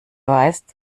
weißt